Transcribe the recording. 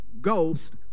ghost